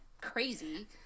crazy